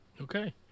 Okay